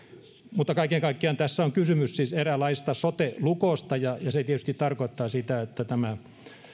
mutta kaiken kaikkiaan tässä on kysymys siis eräänlaisesta sote lukosta ja se tietysti tarkoittaa sitä että tämä